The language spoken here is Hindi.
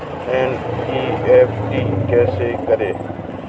एन.ई.एफ.टी कैसे करें?